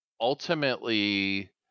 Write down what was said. ultimately